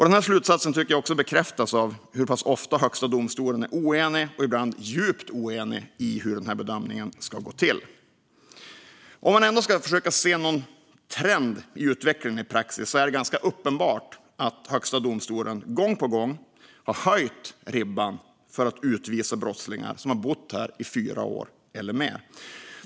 Den slutsatsen tycker jag också bekräftas av hur pass ofta Högsta domstolen är oenig, ibland djupt oenig, i hur den här bedömningen ska gå till. Om man ändå ska försöka se någon trend i utvecklingen i praxis är det ganska uppenbart att Högsta domstolen gång på gång har höjt ribban för att utvisa brottslingar som har bott här i fyra år eller mer.